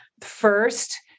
First